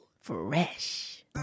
fresh